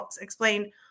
explain